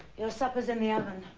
your supper's in the oven